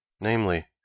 namely